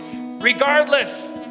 regardless